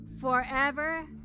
forever